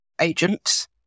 agents